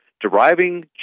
deriving